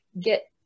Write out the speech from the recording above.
Get